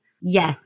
yes